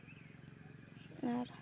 ᱟᱨ